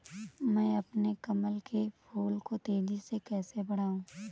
मैं अपने कमल के फूल को तेजी से कैसे बढाऊं?